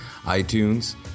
iTunes